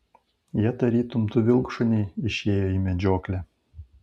jie tarytum du vilkšuniai išėjo į medžioklę